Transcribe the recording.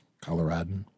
Colorado